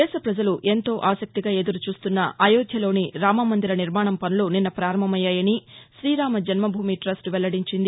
దేశ పజలు ఎంతో ఆసక్తిగా ఎదురుచూస్తున్న అయోధ్యలోని రామమందిర నిర్మాణం పనులు నిన్న ప్రారంభమయ్యాయని తీ రామ జన్నభూమి టస్ట్ వెల్లడించింది